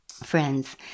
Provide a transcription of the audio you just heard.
Friends